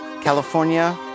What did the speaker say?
California